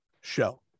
show